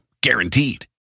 guaranteed